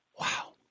wow